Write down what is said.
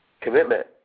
Commitment